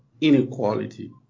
inequality